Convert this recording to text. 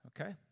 Okay